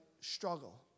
struggle